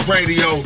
Radio